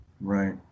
right